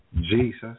Jesus